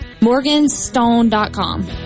Morganstone.com